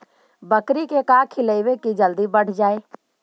बकरी के का खिलैबै कि जल्दी बढ़ जाए?